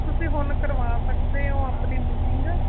ਤੁਸੀਂ ਹੁਣ ਕਰਵਾ ਸਕਦੇ ਹੋ ਆਪਣੀ ਬੁਕਿੰਗ